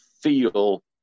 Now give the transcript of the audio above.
feel